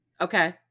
okay